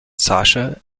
sasha